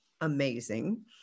amazing